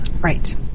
Right